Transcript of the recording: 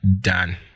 done